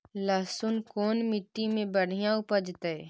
लहसुन कोन मट्टी मे बढ़िया उपजतै?